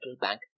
bank